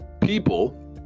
people